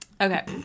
Okay